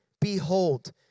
Behold